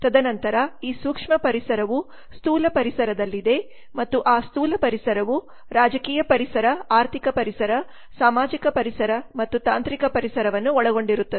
ತದನಂತರ ಈಸೂಕ್ಷ್ಮ ಪರಿಸರವು ಸ್ಥೂಲ ಪರಿಸರದಲ್ಲಿದೆ ಮತ್ತು ಆ ಸ್ಥೂಲ ಪರಿಸರವು ರಾಜಕೀಯ ಪರಿಸರ ಆರ್ಥಿಕ ಪರಿಸರ ಸಾಮಾಜಿಕ ಪರಿಸರ ಮತ್ತು ತಾಂತ್ರಿಕ ಪರಿಸರವನ್ನು ಒಳಗೊಂಡಿರುತ್ತದೆ